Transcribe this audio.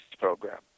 program